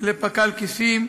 לפק"ל כיסים,